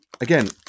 again